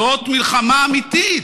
זאת מלחמה אמיתית.